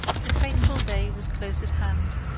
the fateful day was close at hand.